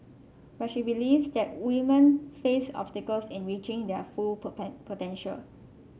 but she believes that woman face obstacles in reaching their full potential